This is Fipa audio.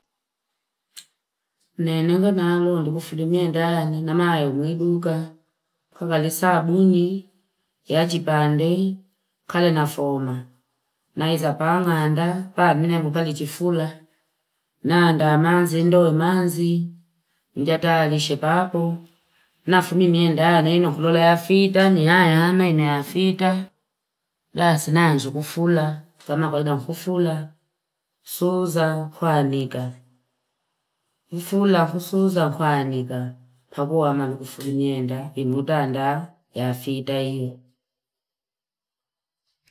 Kunenunga naalo nile kufungulia ndani namaa mueduka kukali saabuni yachipande kali na foma naeza pang'anda pamili ngali chifula naanda manzi ndo manzi ngataarishe papo nafungi ndani nokoloafi ndani hayaa nanaena yaafita basi nazi kufula kama kawaida kufula suuza kwaanika mfula kusuuza kwaanika mpaka wamaa kufunyenda imutandaa yaafita hiyo.